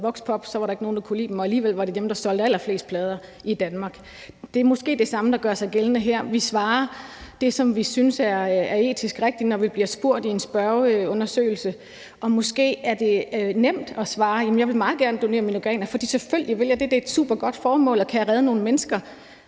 voxpops, var der ikke nogen, der kunne lide dem, og alligevel var det dem, der solgte allerflest plader i Danmark. Det er måske det samme, der gør sig gældende her. Vi svarer det, som vi synes er etisk rigtigt, når vi bliver spurgt i en spørgeundersøgelse, og måske er det nemt at svare: Jeg vil meget gerne donere mine organer, selvfølgelig vil jeg det; det er et supergodt formål, og kan jeg redde nogle mennesker,